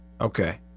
Okay